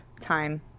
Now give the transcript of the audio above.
time